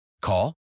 Call